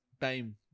time